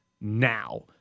now